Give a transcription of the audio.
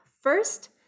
First